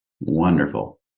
Wonderful